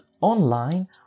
online